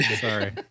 sorry